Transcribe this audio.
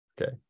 okay